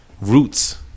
roots